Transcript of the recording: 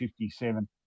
57